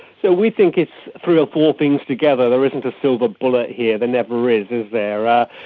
so we think it's three or four things together, there isn't a silver bullet here, there never is is there. ah